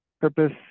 purpose